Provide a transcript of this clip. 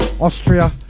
Austria